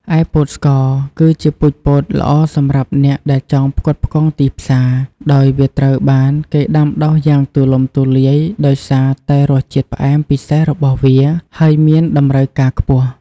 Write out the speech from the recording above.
ឯពោតស្ករ គឺជាពូជពោតល្អសម្រាប់អ្នកដែលចង់ផ្គត់ផ្គង់ទីផ្សារ ដោយវាត្រូវបានគេដាំដុះយ៉ាងទូលំទូលាយដោយសារតែរសជាតិផ្អែមពិសេសរបស់វា ហើយមានតម្រូវការខ្ពស់។